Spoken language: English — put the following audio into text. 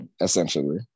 Essentially